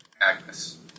Agnes